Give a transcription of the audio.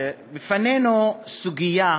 לפנינו סוגיה,